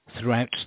Throughout